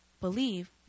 believe